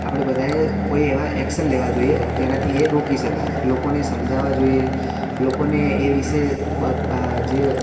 આપણે બધાએ કોઈ એવા એક્શન લેવા જોઈએ જેનાથી એ રોકી શકાય લોકોને સમજાવવા જોઈએ લોકોને એ વિશે જે